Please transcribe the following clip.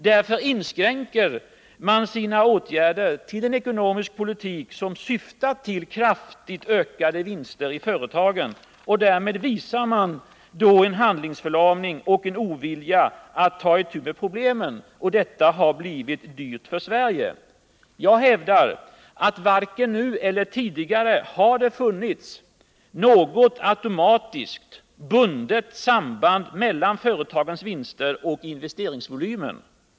Därför inskränker man sina åtgärder till en ekonomisk politik som syftar till kraftigt ökade vinster i företagen. Och därmed visar man en handlingsförlamning och en ovillighet att ta itu med problemen. Detta har blivit dyrt för Sverige. Jag hävdar att varken nu eller tidigare har det funnits något automatiskt, bundet samband mellan företagens vinster och investeringsvolymen.